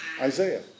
Isaiah